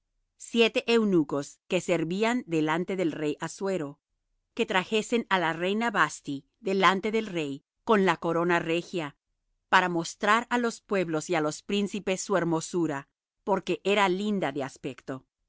siete eunucos que servían delante del rey assuero que trajesen á la reina vasthi delante del rey con la corona regia para mostrar á los pueblos y á los príncipes su hermosura porque era linda de aspecto